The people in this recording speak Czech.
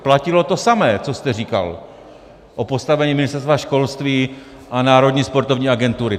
Platilo to samé, co jste říkal o postavení Ministerstva školství a Národní sportovní agentury.